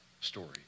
story